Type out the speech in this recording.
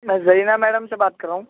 میں زرینہ میڈم سے بات کر رہا ہوں